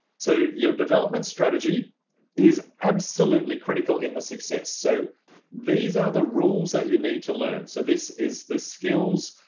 so your development strategy is absolutely critical in the success. so these are the rules that you need to learn. so this is the skills,